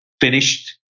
finished